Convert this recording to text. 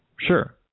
Sure